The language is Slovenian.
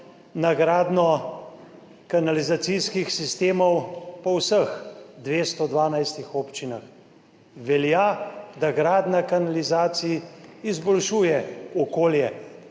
na gradnjo kanalizacijskih sistemov po vseh 212 občinah. Velja, da gradnja kanalizacij izboljšuje okolje,